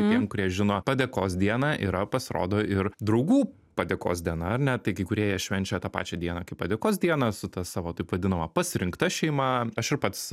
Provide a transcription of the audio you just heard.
tiem kurie žino padėkos dieną yra pasirodo ir draugų padėkos diena ar ne tai kai kurie ją švenčia tą pačią dieną kaip padėkos dieną su ta savo taip vadinama pasirinkta šeima aš ir pats